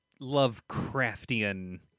Lovecraftian